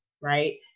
right